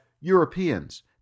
Europeans